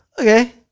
okay